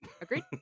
Agreed